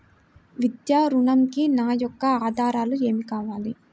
విద్యా ఋణంకి నా యొక్క ఆధారాలు ఏమి కావాలి?